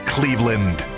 Cleveland